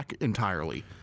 entirely